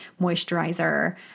moisturizer